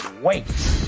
Wait